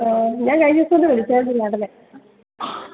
ആ ഞാൻ കഴിഞ്ഞ ദിവസം ഒന്നു വിളിച്ചായിരുന്നു ചേട്ടനെ